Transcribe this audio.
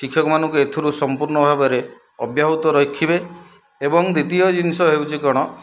ଶିକ୍ଷକମାନଙ୍କୁ ଏଥିରୁ ସମ୍ପୂର୍ଣ୍ଣ ଭାବରେ ଅବ୍ୟାହୃତ ରଖିବେ ଏବଂ ଦ୍ୱିତୀୟ ଜିନିଷ ହେଉଛି କ'ଣ